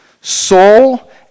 soul